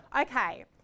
okay